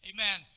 Amen